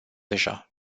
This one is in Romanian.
deja